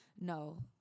no